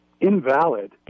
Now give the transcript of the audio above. invalid